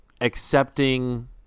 accepting